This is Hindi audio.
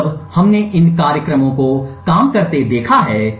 अब जब हमने इन कार्यक्रमों को काम करते देखा है